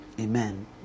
Amen